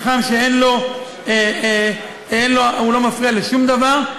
מתחם שלא מפריע לשום דבר.